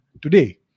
today